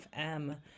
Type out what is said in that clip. FM